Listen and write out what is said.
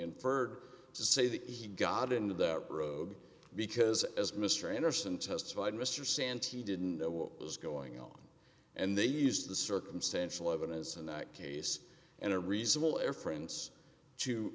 to say that he got into that road because as mr anderson testified mr santee didn't know what was going on and they used the circumstantial evidence in that case and a reasonable airframes to